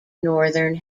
northern